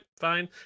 fine